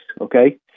Okay